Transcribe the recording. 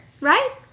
Right